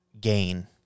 gain